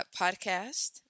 podcast